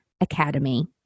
Academy